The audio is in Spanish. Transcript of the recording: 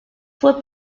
fue